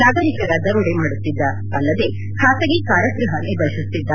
ನಾಗರಿಕರ ದರೋಡೆ ಮಾಡುತ್ತಿದ್ದ ಅಲ್ಲದೇ ಖಾಸಗಿ ಕಾರಾಗ್ವಹ ನಿರ್ವಹಿಸುತ್ತಿದ್ದ